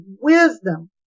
wisdom